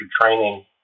training